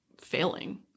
failing